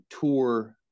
tour